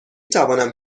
توانم